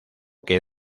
que